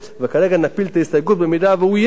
וכרגע נפיל את ההסתייגות אם הוא יהיה כאן.